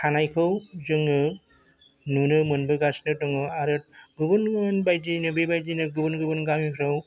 थानायखौ जोङो नुनो मोनबोगासिनो दङ आरो गुबुन गुबुन बायदियैनो बेबायदियैनो गुबुन गुबुन गामिफोराव